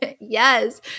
Yes